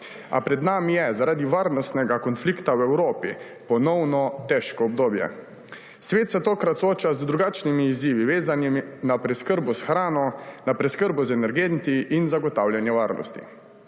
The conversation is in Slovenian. A pred nami je zaradi varnostnega konflikta v Evropi ponovno težko obdobje. Svet se tokrat sooča z drugačnimi izzivi, vezanimi na preskrbo s hrano, na preskrbo z energenti in zagotavljanje varnosti.